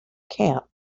camp